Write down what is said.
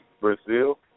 Brazil